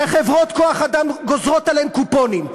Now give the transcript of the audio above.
וחברות כוח-אדם גוזרות עליהם קופונים.